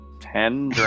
ten